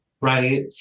right